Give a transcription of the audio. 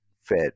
fed